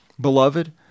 Beloved